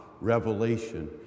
revelation